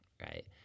right